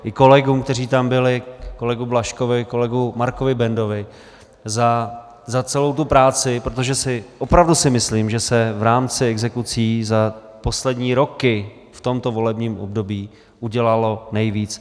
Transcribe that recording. I kolegům, kteří tam byli, kolegovi Blažkovi, kolegovi Markovi Bendovi, za celou tu práci, protože opravdu si myslím, že se v rámci exekucí za poslední roky v tomto volebním období udělalo nejvíc.